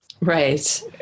Right